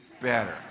better